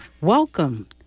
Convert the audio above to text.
welcome